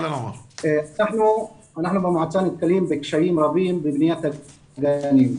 אנחנו במועצה נתקלים בקשיים רבים בבניית הגנים.